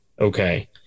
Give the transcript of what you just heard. Okay